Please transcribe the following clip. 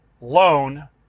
loan